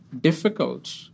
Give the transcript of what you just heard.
difficult